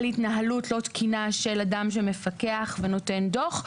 התנהלות לא תקינה של אדם שמפקח ונותן דוח,